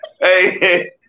Hey